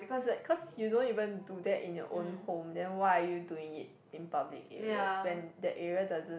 it's like cause you don't even do that in your own home then why are you doing it in public areas when that area doesn't